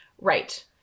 right